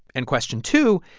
and question two,